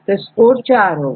तो स्कोर चार होगा